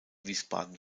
wiesbaden